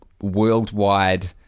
worldwide